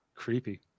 Creepy